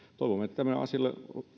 toivomme tälle asialle